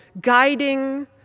guiding